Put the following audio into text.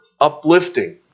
uplifting